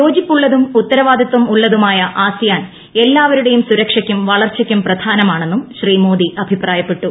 യോജിപ്പുള്ളതും ഉത്തരവാദിത്വം ഉള്ളതുമായ ആസിയാൻ എല്ലാവരുടെയും സുരക്ഷയ്ക്കും വളർച്ചയ്ക്കും പ്രധാനമാണെന്നും ശ്രീ മോദി അഭിപ്രായപ്പെട്ടു